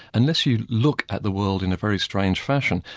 unless you look at the world in a very strange fashion,